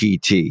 pt